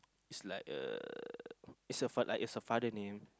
is like a is a fa~ it's like is a father name